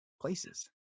places